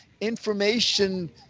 information